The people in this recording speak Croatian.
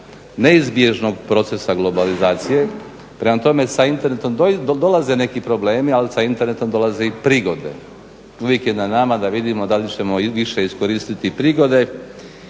neizbježnog procesa globalizacije, prema tome sa internetom, dok dolaze neki problemi, ali sa internetom dolaze i prigode. Uvijek je na nama da vidimo da li ćemo i više iskoristiti prigode